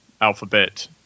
alphabet